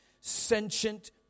sentient